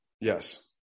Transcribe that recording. Yes